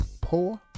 poor